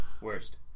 Worst